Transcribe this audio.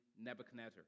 Nebuchadnezzar